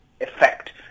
effect